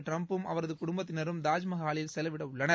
டிரம்ப்பும் அவரது குடும்பத்தினரும் தாஜ்மஹாலில் செலவிட உள்ளனர்